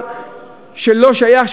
לא יכול להיות שר אוצר שלא שייך,